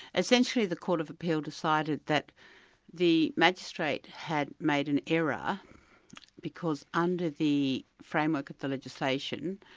essentially the court of appeal decided that the magistrate had made an error because under the framework of the legislation,